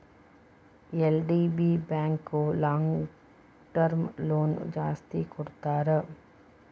LDB bank long term loan ಜಾಸ್ತಿ ಕೊಡ್ತಾರ